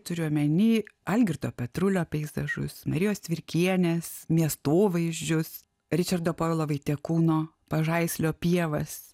turiu omeny algirdo petrulio peizažus marijos cvirkienės miestovaizdžius ričardo povilo vaitekūno pažaislio pievas